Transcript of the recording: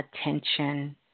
attention